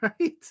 Right